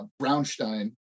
brownstein